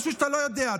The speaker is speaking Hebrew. משהו שאתה לא יודע,